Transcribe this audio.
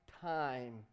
time